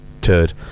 Turd